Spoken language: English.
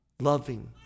Loving